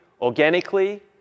organically